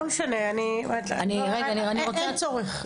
אין צורך.